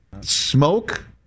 smoke